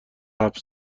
حبس